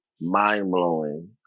mind-blowing